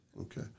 okay